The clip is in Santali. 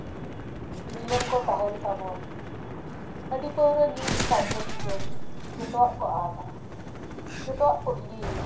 ᱱᱤᱭᱚᱢ ᱠᱚ ᱛᱟᱦᱮᱸᱱ ᱛᱟᱵᱚᱱ ᱦᱟᱺᱰᱤ ᱯᱟᱹᱣᱨᱟᱹ ᱲᱩ ᱞᱮᱠᱷᱟᱡ ᱥᱟᱹᱨᱤᱜᱮ ᱡᱷᱚᱛᱚᱣᱟᱜ ᱠᱚ ᱟᱫᱟ ᱡᱚᱛᱚᱣᱟᱜ ᱠᱚ ᱦᱤᱲᱤᱧᱟ